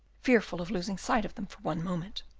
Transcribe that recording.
fearful of losing sight of them for one moment.